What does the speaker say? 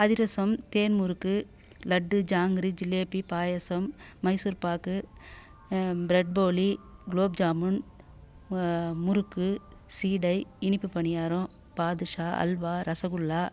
அதிரசம் தேன் முறுக்கு லட்டு ஜாங்கிரி ஜிலேபி பாயாசம் மைசூர்பாக்கு ப்ரெட் போலி க்லோப்ஜாமுன் முறுக்கு சீடை இனிப்பு பணியாரம் பாதுர்ஷா அல்வா ரசகுல்லா